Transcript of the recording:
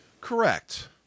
Correct